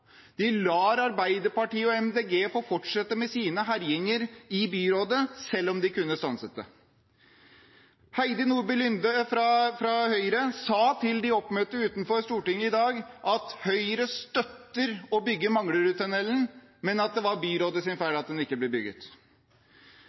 De lar Arbeiderpartiet og Miljøpartiet De Grønne få fortsette med sine herjinger i byrådet, selv om de kunne stanset det. Heidi Nordby Lunde fra Høyre sa til de oppmøtte utenfor Stortinget i dag at Høyre støtter å bygge Manglerudtunnelen, men at det